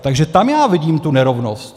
Takže tam já vidím tu nerovnost.